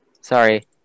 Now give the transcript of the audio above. Sorry